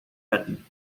benton